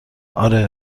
آره